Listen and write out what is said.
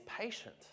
patient